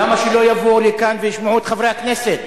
למה שלא יבואו לכאן וישמעו את חברי הכנסת?